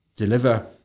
Deliver